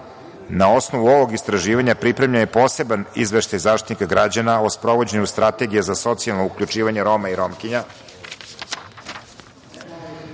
osnovu ovog istraživanja, pripremljen je poseban izveštaj Zaštitnika građana o sprovođenju Strategije za socijalno uključivanje Roma i Romkinja